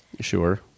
Sure